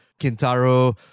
Kintaro